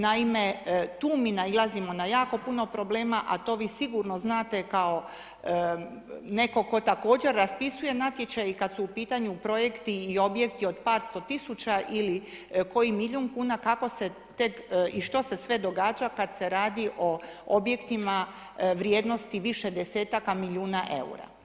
Naime, tu mi nailazimo na jako puno problema, a to vi sigurno znate kao netko tko također raspisuje natječaj i kad su u pitanju projekti i objekti od par sto tisuća ili koji milijun kuna kako se tek i što se sve događa kad se radi o objektima vrijednosti više desetaka milijuna eura.